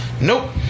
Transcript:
nope